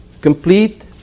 complete